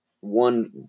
one